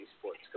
Sports